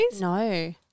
No